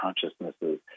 consciousnesses